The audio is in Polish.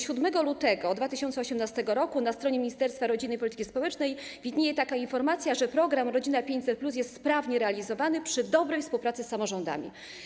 7 lutego 2018 r. na stronie Ministerstwa Rodziny i Polityki Społecznej zamieszczona została informacja, że program „Rodzina 500+” jest sprawnie realizowany przy dobrej współpracy z samorządami.